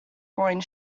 going